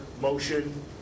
motion